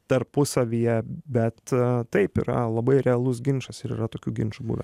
tarpusavyje bet taip yra labai realus ginčas ir yra tokių ginčų buvę